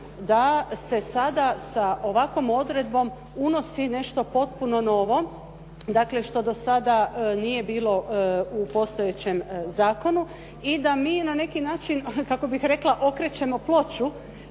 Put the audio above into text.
da se sada sa ovakvom odredbom unosi nešto potpuno novo, dakle što do sada nije bilo u postojećem zakonu i da mi na neki način kako bih rekla okrećemo ploču